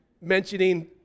Mentioning